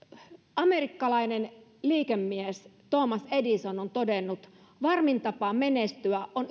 amerikkalainen liikemies thomas edison on todennut varmin tapa menestyä on